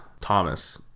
Thomas